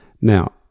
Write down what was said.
Now